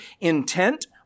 intent